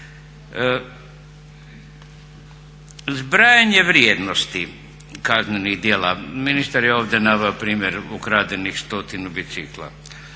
Zbrajanje vrijednosti kaznenih djela, ministar je ovdje naveo primjer ukradenih 100-tinu bicikla.